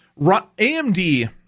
AMD